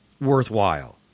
worthwhile